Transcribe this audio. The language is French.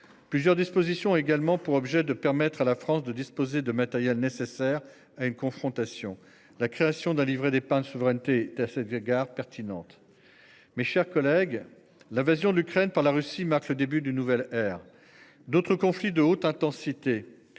Plusieurs dispositions également pour objet de permettre à la France de disposer de matériel nécessaire à une confrontation la création d'un livret d'épargne souveraineté est à cet égard pertinente. Mes chers collègues. L'invasion de l'Ukraine par la Russie marque le début d'une nouvelle ère d'autres conflit de haute intensité